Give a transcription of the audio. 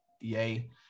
Yay